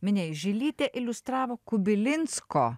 minėjai žilytė iliustravo kubilinsko